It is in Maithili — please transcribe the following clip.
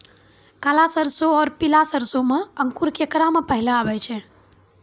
काला सरसो और पीला सरसो मे अंकुर केकरा मे पहले आबै छै?